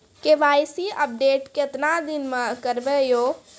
KYC update केतना दिन मे करेबे यो?